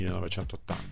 1980